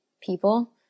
people